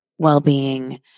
well-being